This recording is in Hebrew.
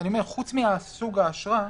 חוץ מסוג האשרה,